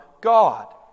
God